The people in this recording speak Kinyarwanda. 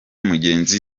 mugenzi